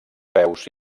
peus